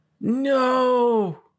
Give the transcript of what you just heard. No